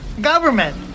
Government